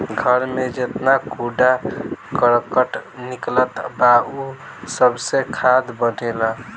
घर में जेतना कूड़ा करकट निकलत बा उ सबसे खाद बनेला